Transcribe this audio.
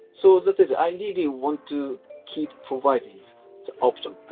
so that is, i really want to keep providing the options,